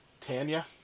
Tanya